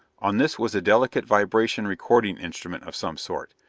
on this was a delicate vibration recording instrument of some sort,